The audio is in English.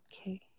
okay